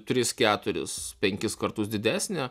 tris keturis penkis kartus didesnė